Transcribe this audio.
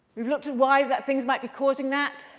we've looked at why that things might be causing that.